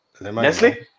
Nestle